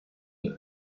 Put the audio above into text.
est